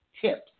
tips